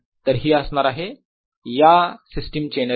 तर ही असणार आहे या सिस्टिमची एनर्जी